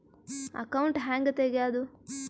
Account ಹ್ಯಾಂಗ ತೆಗ್ಯಾದು?